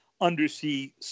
undersea